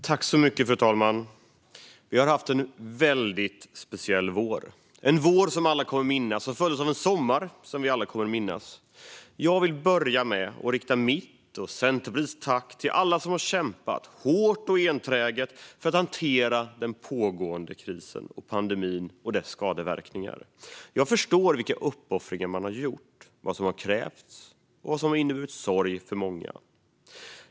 Fru talman! Vi har haft en väldigt speciell vår, en vår som vi alla kommer att minnas och som följdes av en sommar som vi alla kommer att minnas. Jag vill börja med att rikta mitt och Centerpartiets tack till alla som kämpat hårt och enträget för att hantera den pågående krisen med pandemin och dess skadeverkningar. Jag förstår vilka uppoffringar man har gjort, vad som har krävts och vad det inneburit i form av sorg för många.